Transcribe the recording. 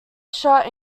shot